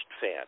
fan